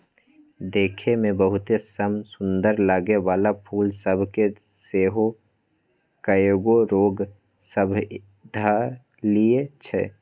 देखय में बहुते समसुन्दर लगे वला फूल सभ के सेहो कएगो रोग सभ ध लेए छइ